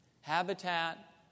Habitat